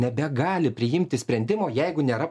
nebegali priimti sprendimo jeigu nėra